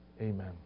Amen